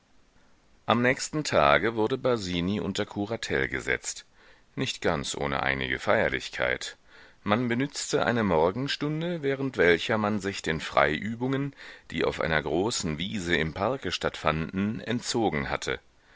am nächsten tage wurde basini unter kuratel gesetzt nicht ganz ohne einige feierlichkeit man benützte eine morgenstunde während welcher man sich den freiübungen die auf einer großen wiese im parke stattfanden entzogen hatte